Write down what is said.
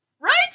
right